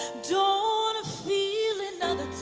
don't wanna feel another